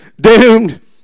doomed